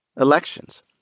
elections